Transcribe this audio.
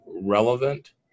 relevant